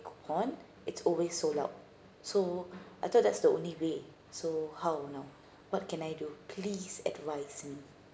coupon it's always sold out so I thought that's the only way so how now what can I do please advise me